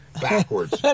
backwards